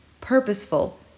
purposeful